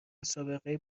سابقه